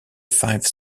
five